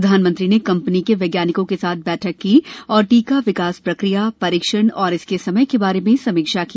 प्रधानमंत्री ने कम्पनी के वैज्ञानिकों के साथ बैठक की और टीका विकास प्रक्रिया परीक्षण और इसके समय के बारे में समीक्षा की